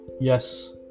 yes